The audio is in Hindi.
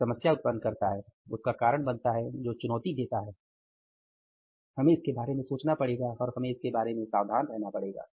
यह समस्या उत्पन्न करता है उसका कारण बनता है जो चुनौती देता हैहमें इसके बारे में सोचना पड़ेगा और हमें इसके बारे में सावधान रहना पड़ेगा